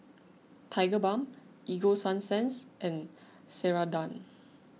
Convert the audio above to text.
Tigerbalm Ego Sunsense and Ceradan